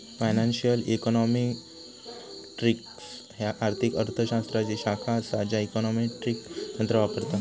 financial econometrics ह्या आर्थिक अर्थ शास्त्राची शाखा असा ज्या इकॉनॉमेट्रिक तंत्र वापरता